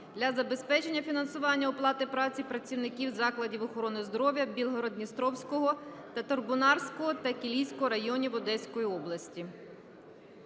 для забезпечення фінансування оплати праці працівників закладів охорони здоров'я Білгород-Дністровського, Татарбунарського та Кілійського районів Одеської області.